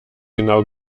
genau